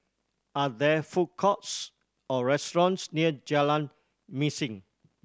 are there food courts or restaurants near Jalan Mesin